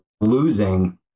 losing